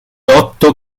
otto